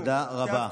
תודה רבה.